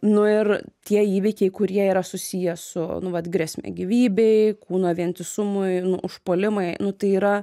nu ir tie įvykiai kurie yra susiję su nu vat grėsme gyvybei kūno vientisumui užpuolimai nu tai yra